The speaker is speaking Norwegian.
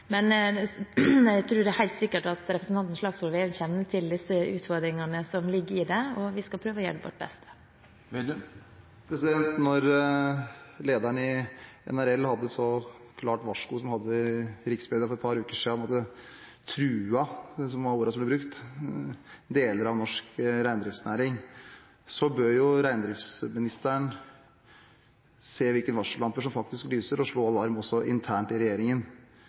helt sikkert at representanten Slagsvold Vedum kjenner til de utfordringene som ligger i dette, og vi skal prøve å gjøre vårt beste. Når lederen i NRL ropte et så klart varsku som han gjorde i riksmedia for et par uker siden, hvor han sa at rovdyr «truer» – det var ordet som ble brukt – deler av norsk reindriftsnæring, bør reindriftsministeren se hvilke varsellamper som faktisk lyser, og slå alarm også internt i regjeringen.